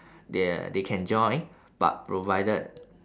they are they can join but provided